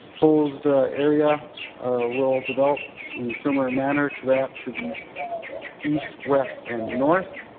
proposed area will develop in similar manner to that to the east, west and north.